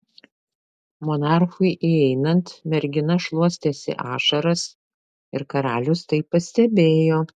monarchui įeinant mergina šluostėsi ašaras ir karalius tai pastebėjo